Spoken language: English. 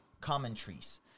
commentaries